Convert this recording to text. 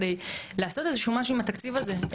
כדי לעשות איזה משהו עם התקציב הזה.